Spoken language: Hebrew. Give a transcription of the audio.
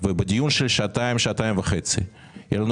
ובדיון של שעתיים-שעתיים וחצי יהיה לנו